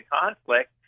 conflict